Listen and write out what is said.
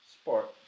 Sport